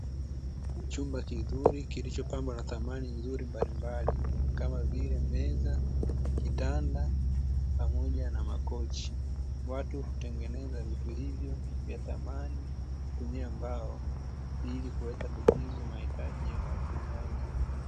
Chumba kizuri kilichopambwa na thamani nzuri mbalimbali kama vile meza, kitanda, pamoja na makochi. Watu hutengeneza vitu hivyo vya thamani kutumia mbao, ili kuweza kukidhi mahitaji ya watumiaji.